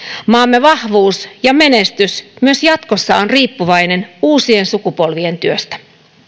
maamme vahvuus ja menestys myös jatkossa on riippuvainen uusien sukupolvien työstä